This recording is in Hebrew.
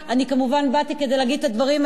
אני כמובן באתי כדי להגיד את הדברים האלה,